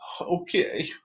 Okay